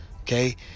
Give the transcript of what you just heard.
Okay